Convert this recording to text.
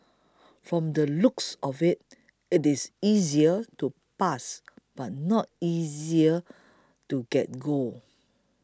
from the looks of it it is easier to pass but not easier to get gold